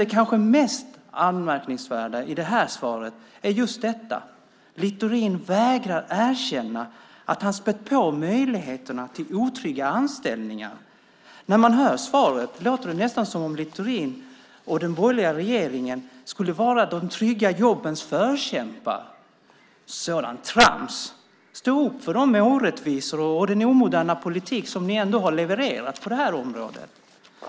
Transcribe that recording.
Det kanske mest anmärkningsvärda i det här svaret är just att Littorin vägrar erkänna att han spätt på möjligheterna till otrygga anställningar. När man hör svaret låter det nästan som om Littorin och den borgerliga regeringen skulle vara de trygga jobbens förkämpar. Sådant trams! Stå upp för de orättvisor och den omoderna politik som ni har levererat på det här området.